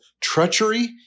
treachery